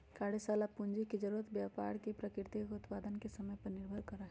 कार्यशाला पूंजी के जरूरत व्यापार के प्रकृति और उत्पादन के समय पर निर्भर करा हई